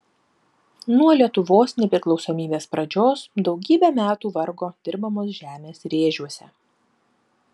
nuo lietuvos nepriklausomybės pradžios daugybę metų vargo dirbamos žemės rėžiuose